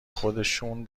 خودشون